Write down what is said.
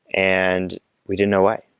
and we didn't know why.